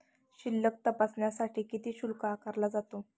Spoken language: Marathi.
शिल्लक तपासण्यासाठी किती शुल्क आकारला जातो?